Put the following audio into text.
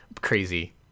crazy